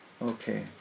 Okay